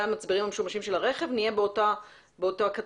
המצברים המשומשים של הרכב נהיה באותה קטגוריה.